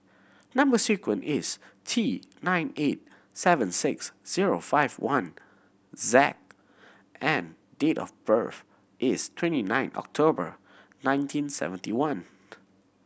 number sequence is T nine eight seven six zero five one Z and date of birth is twenty nine October nineteen seventy one